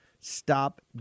Stop